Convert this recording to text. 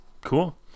Cool